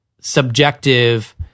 subjective